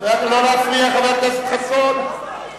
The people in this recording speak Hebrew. להסיר מסדר-היום את הצעת חוק לתיקון פקודת העדה